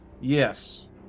Yes